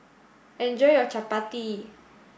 enjoy your Chapati